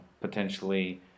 potentially